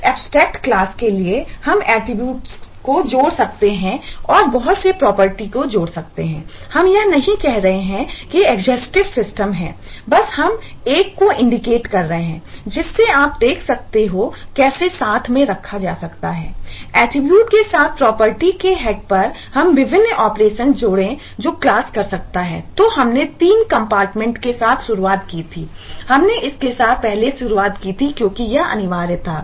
इस abstract class के साथ शुरुआत की थी हमने इसके साथ पहले शुरुआत की क्योंकि यह अनिवार्य था